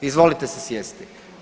Izvolite se sjesti.